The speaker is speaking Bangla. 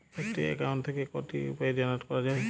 একটি অ্যাকাউন্ট থেকে কটি ইউ.পি.আই জেনারেট করা যায়?